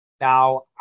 Now